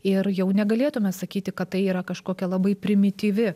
ir jau negalėtume sakyti kad tai yra kažkokia labai primityvi